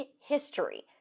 history